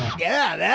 yeah.